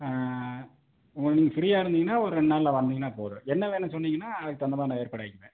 ஆ உங்களுக்கு நீங்கள் ஃப்ரீயாக இருந்தீங்கனால் ஒரு ரெண்டு நாளில் வந்திங்கனால் போதும் என்ன வேணும்னு சொன்னிங்கனால் அதுக்கு தகுந்த மாதிரி நான் ஏற்பாடு ஆகிக்குவேன்